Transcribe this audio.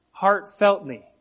heartfeltly